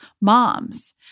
moms